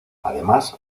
además